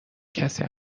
کسی